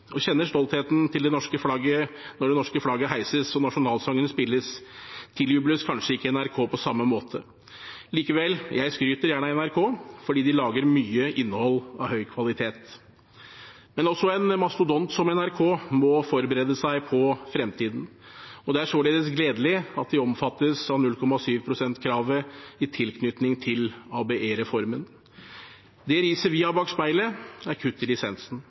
og kjenner stoltheten når det norske flagget heises og nasjonalsangen spilles – tiljubles kanskje ikke NRK på samme måte. Likevel: Jeg skryter gjerne av NRK, for de lager mye innhold av høy kvalitet. Men også en mastodont som NRK må forberede seg på fremtiden, og det er således gledelig at de omfattes av 0,7 pst.-kravet i tilknytning til ABE-reformen. Det riset vi har bak speilet, er kutt i lisensen